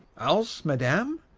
al'ce madam,